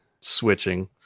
switching